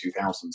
2000s